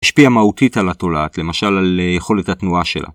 ‫השפיעה מהותית על התולעת, ‫למשל על יכולת התנועה שלה.